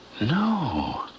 No